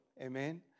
Amen